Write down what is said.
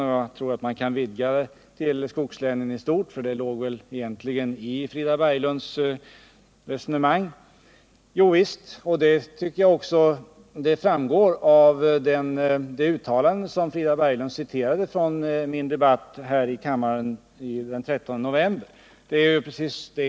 Jag tror att man kan utvidga frågan till att gälla skogslänen i stort, för det låg väl egentligen i Frida Berglunds resonemang. Jo, visst känner jag oro, och det tycker jag också framgår av det uttalande som Frida Berglund citerade från min debatt här i kammaren den 13 november.